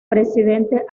presidente